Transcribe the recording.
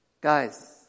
Guys